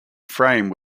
frame